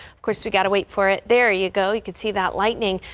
chris you've got to wait for it there you go you can see that lightning.